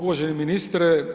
Uvaženi ministre.